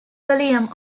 william